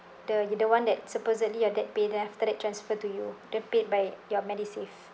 the the one that supposedly your dad pay then after that transfer to you then paid by your MediSave